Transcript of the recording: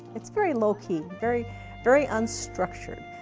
it's very low-key, very very unstructured.